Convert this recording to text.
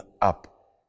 up